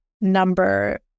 number